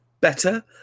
better